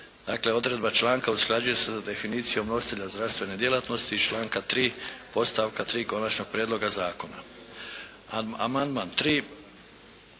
Dakle odredba članka usklađuje se sa definicijom nositelja zdravstvene djelatnosti iz članka 3. podstavka 3. konačnog prijedloga zakona.